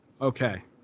Okay